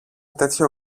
τέτοιο